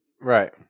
Right